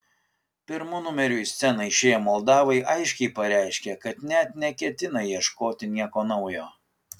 pirmu numeriu į sceną išėję moldavai aiškiai pareiškė kad net neketina ieškoti nieko naujo